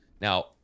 Now